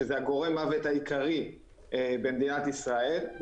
שזה גורם המוות העיקרי במדינת ישראל,